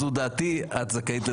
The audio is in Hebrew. זו דעתי, את זכאית לדעתך,